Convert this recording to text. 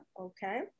Okay